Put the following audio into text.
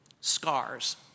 Scars